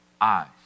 eyes